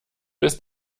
ist